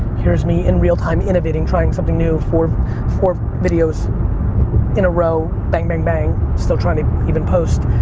here's me in real time, innovating, trying something new, four four videos in a row, bang, bang, bang, still trying to even post,